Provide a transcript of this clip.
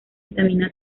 vitamina